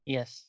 Yes